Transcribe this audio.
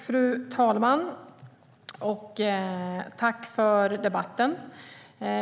Fru talman! Tack för debatten!